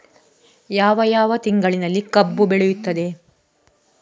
ಯಾವ ಯಾವ ತಿಂಗಳಿನಲ್ಲಿ ಕಬ್ಬು ಬೆಳೆಯುತ್ತದೆ?